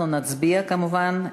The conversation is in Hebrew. אנחנו נצביע כמובן.